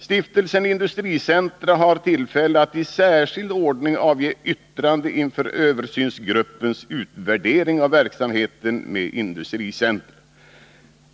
Stiftelsen industricentra har tillfälle att i särskild ordning avge yttrande inför översynsgruppens utvärdering av verksamheten med industricentra.